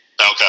Okay